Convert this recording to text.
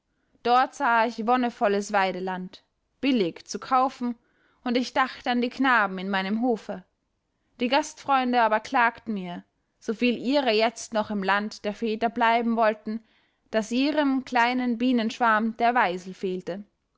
dort sah ich wonnevolles weideland billig zu kaufen und ich dachte an die knaben in meinem hofe die gastfreunde aber klagten mir soviel ihrer jetzt noch im land der väter bleiben wollten daß ihrem kleinen bienenschwarm der weisel fehle